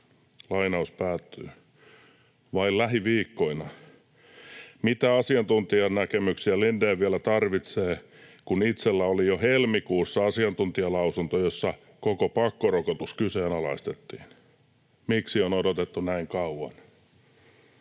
päivämäärää.” Vai lähiviikkoina? Mitä asiantuntijanäkemyksiä Lindén vielä tarvitsee, kun itselläni oli jo helmikuussa asiantuntijalausunto, jossa koko pakkorokotus kyseenalaistettiin? Miksi on odotettu näin kauan?